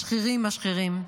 משחירים, משחירים.